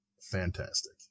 fantastic